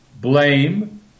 blame